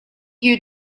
you